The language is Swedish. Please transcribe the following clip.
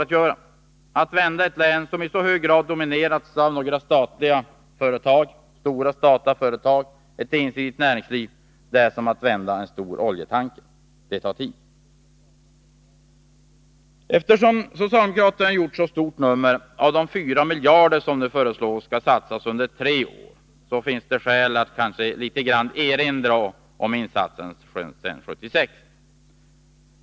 Att vända utvecklingen i ett län som i så hög grad dominerats av några stora statliga företag och ensidigt näringsliv är som att vända en stor oljetanker — det tar tid. Eftersom socialdemokraterna har gjort så stort nummer av de 4 miljarder som man nu föreslår skall satsas under tre år, finns det skäl att något erinra om insatserna sedan 1976.